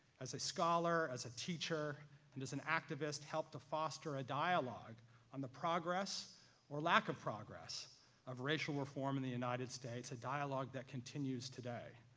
as a scholar, as a teacher and as an activist help to foster a dialogue on the progress or lack of progress of racial reform in the united states, a dialogue that continues today.